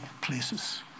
places